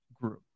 group